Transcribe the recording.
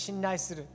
trust